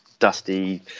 dusty